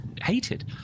hated